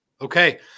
okay